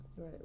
Right